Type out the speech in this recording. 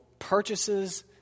Purchases